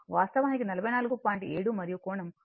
7 మరియు కోణం 42